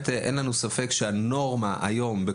אין לנו ספק שהנורמה היום,